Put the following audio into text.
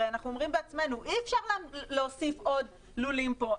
הרי אנחנו אומרים בעצמנו: אי אפשר להוסיף עוד לולים פה,